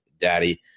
daddy